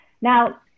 Now